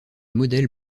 modèle